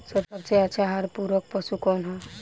सबसे अच्छा आहार पूरक पशु कौन ह?